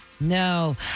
no